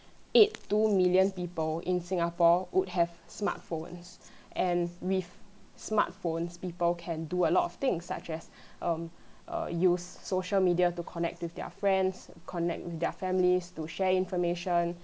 eight two million people in singapore would have smartphones and with smartphones people can do a lot of things such as um uh use social media to connect with their friends connect with their families to share information